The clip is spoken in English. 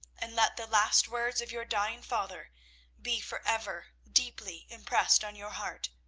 and let the last words of your dying father be for ever deeply impressed on your heart.